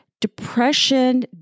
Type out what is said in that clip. depression